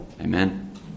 Amen